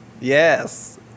Yes